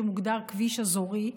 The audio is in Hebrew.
שמוגדר כביש אזורי,